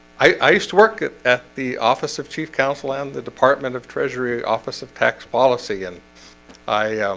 i work at at the office of chief counsel and the department of treasury office of tax policy and i